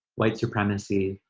white supremacy,